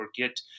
forget